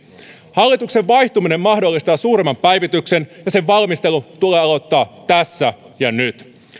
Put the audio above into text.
hallituksen vaihtuminen mahdollistaa suuremman päivityksen ja sen valmistelu tulee aloittaa tässä ja nyt